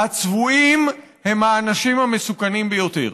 הצבועים הם האנשים המסוכנים ביותר.